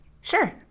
Sure